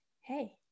hey